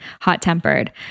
hot-tempered